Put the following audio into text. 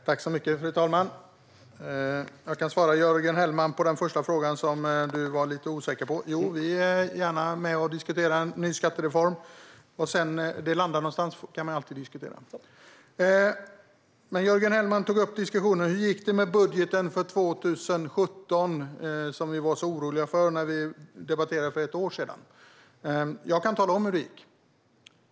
Fru talman! Jag kan svara Jörgen Hellman på den första frågan, där han var lite osäker: Jo, vi är gärna med och diskuterar en ny skattereform. Var det landar någonstans kan man ju alltid prata om. Jörgen Hellman tog upp hur det gick för budgeten 2017, som vi var så oroliga för när vi debatterade den för ett år sedan. Jag kan tala om hur det gick.